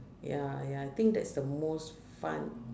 ya ya I think that's the most fun